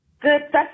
Good